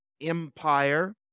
empire